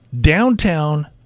Downtown